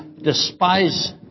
despise